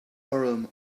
urim